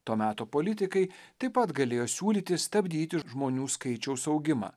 to meto politikai taip pat galėjo siūlyti stabdyti žmonių skaičiaus augimą